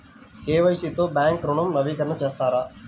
KYC తో bank ఋణం నవీకరణ చేస్తారా?